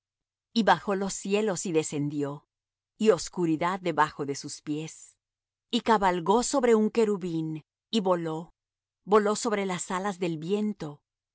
y bajó los cielos y descendió y oscuridad debajo de sus pies y cabalgó sobre un querubín y voló voló sobre las alas del viento